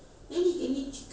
chicken heaven pie